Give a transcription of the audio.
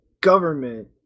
government